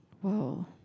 Whoa